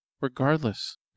Regardless